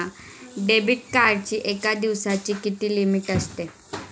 Debit कार्डची एका दिवसाची किती लिमिट असते?